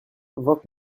vingt